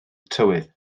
tywydd